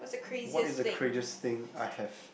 what is the craziest thing I have